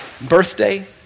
birthday